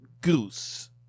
goose